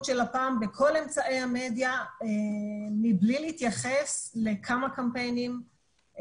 של לפ"מ בכל אמצעי המדיה מבלי להתייחס לכמה קמפיינים,